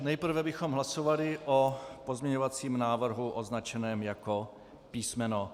Nejprve bychom hlasovali o pozměňovacím návrhu označeném jako písm.